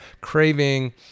craving